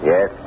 Yes